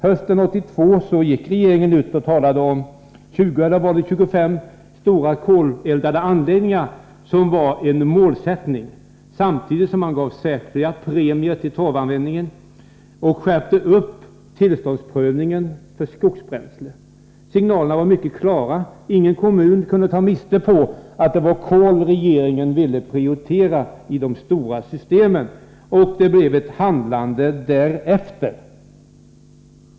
Hösten 1982 angav regeringen 20 eller 25 stora koleldade anläggningar som en målsättning. Samtidigt införde man särskilda premier för torvanvändning och skärpte tillståndsprövningen för skogsbränsle. Signalerna var mycket klara. Ingen kommun kunde ta miste på att det var kol regeringen ville prioritera i de stora systemen. Man handlade också därefter.